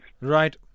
Right